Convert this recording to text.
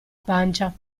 pancia